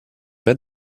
pas